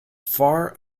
far